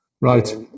Right